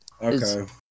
Okay